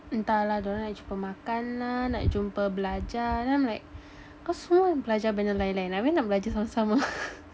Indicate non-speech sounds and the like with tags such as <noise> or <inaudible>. entah lah dia orang nak jumpa makan lah nak jumpa belajar then I'm like kau semua belajar benda lain-lain abeh nak belajar sama-sama <laughs>